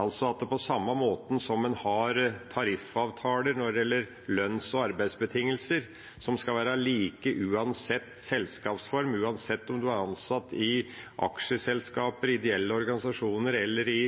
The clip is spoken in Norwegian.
altså at på samme måten som man har tariffavtaler når det gjelder lønns- og arbeidsbetingelser, som skal være like uansett selskapsform, uansett om man er ansatt i aksjeselskaper, ideelle organisasjoner eller i